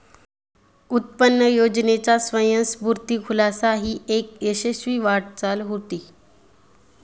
उत्पन्न योजनेचा स्वयंस्फूर्त खुलासा ही एक यशस्वी वाटचाल होती